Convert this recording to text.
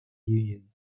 union